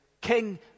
King